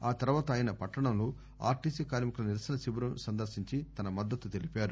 ఆ తరవాత ఆయన పట్టణంలో ఆర్టీసీ కార్మికుల నిరసన శిబిరం సందర్శించి తన మద్దతు తెలిపారు